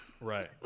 Right